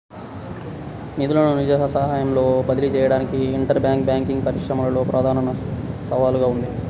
నిధులను నిజ సమయంలో బదిలీ చేయడానికి ఇంటర్ బ్యాంక్ బ్యాంకింగ్ పరిశ్రమలో ప్రధాన సవాలుగా ఉంది